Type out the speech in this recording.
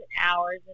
hours